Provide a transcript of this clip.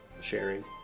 sharing